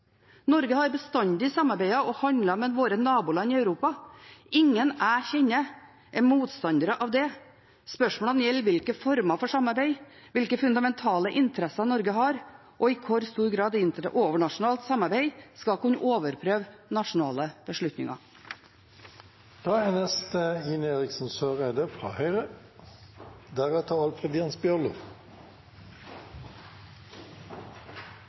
Norge har bestandig samarbeidet og handlet med våre naboland i Europa. Ingen jeg kjenner, er motstandere av det. Spørsmålene gjelder hvilke former for samarbeid, hvilke fundamentale interesser Norge har, og i hvor stor grad overnasjonalt samarbeid skal kunne overprøve nasjonale